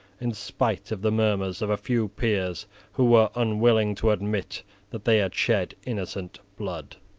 in spite of the murmurs of a few peers who were unwilling to admit that they had shed innocent blood.